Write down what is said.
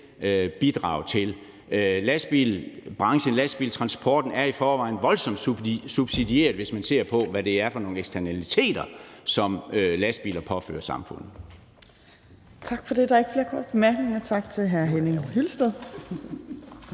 bidrage til. Lastbilbranchen, lastbiltransporten, er i forvejen voldsomt subsidieret, hvis man ser på, hvad det er for nogle eksternaliteter, som lastbiler påfører samfundet. Kl. 15:58 Tredje næstformand (Trine Torp): Tak for det. Der er ikke flere korte bemærkninger. Tak til hr. Henning Hyllested.